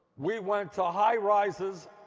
we went to high-rises